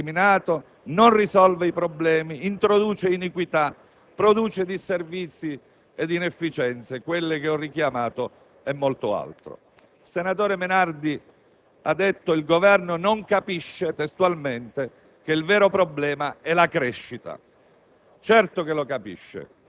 con l'accetta, in modo indiscriminato, non risolve i problemi, introduce iniquità, produce disservizi ed inefficienze - che ho richiamato - e molto altro. Il senatore Menardi ha detto testualmente che il Governo non capisce che il vero problema è la crescita.